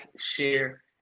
share